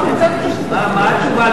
הצבעה